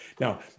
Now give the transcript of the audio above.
Now